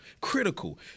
critical